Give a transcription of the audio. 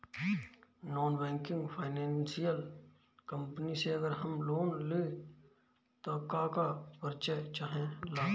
Non banking financial company से अगर हम लोन लि त का का परिचय चाहे ला?